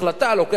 לוקח זמן,